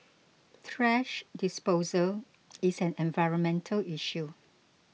thrash disposal is an environmental issue